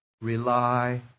rely